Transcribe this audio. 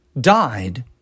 died